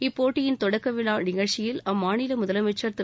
இப்போட்டியின் தொடக்க விழா நிகழ்ச்சியில் அம்மாநில முதலமைச்ச் திரு